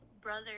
brother